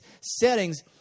settings